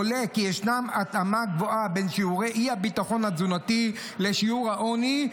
עולה כי ישנה התאמה גבוהה בין שיעורי אי-הביטחון התזונתי לשיעורי העוני.